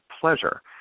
pleasure